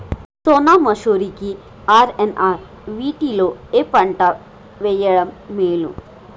సోనా మాషురి కి ఆర్.ఎన్.ఆర్ వీటిలో ఏ పంట వెయ్యడం మేలు?